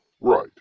Right